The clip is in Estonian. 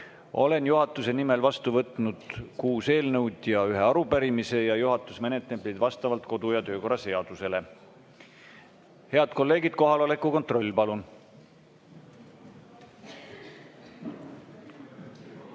Olen juhatuse nimel vastu võtnud kuus eelnõu ja ühe arupärimise ning juhatus menetleb neid vastavalt kodu- ja töökorra seadusele. Head kolleegid, kohaloleku kontroll, palun!